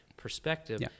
Perspective